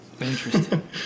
Interesting